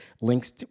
links